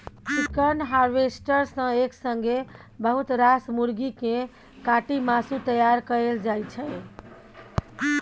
chicken harvester सँ एक संगे बहुत रास मुरगी केँ काटि मासु तैयार कएल जाइ छै